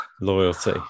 loyalty